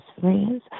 friends